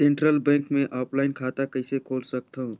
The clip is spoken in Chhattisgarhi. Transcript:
सेंट्रल बैंक मे ऑफलाइन खाता कइसे खोल सकथव?